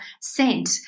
scent